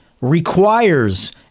requires